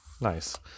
nice